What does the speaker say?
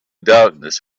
darkness